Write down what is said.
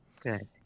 Good